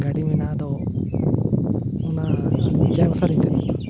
ᱜᱟᱹᱰᱤ ᱢᱮᱱᱟᱜᱼᱟ ᱟᱫᱚ ᱚᱱᱟ ᱪᱟᱭᱵᱟᱥᱟ ᱞᱤᱧ ᱥᱮᱱ ᱠᱚᱜᱼᱟ